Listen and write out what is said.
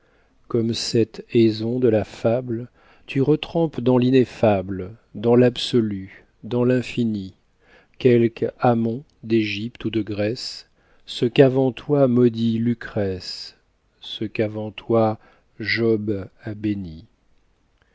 comme cet éson de la fable tu retrempes dans l'ineffable dans l'absolu dans l'infini quelque ammon d'égypte ou de grèce ce qu'avant toi maudit lucrèce ce qu'avant toi job a béni